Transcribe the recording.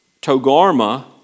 Togarma